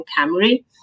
Camry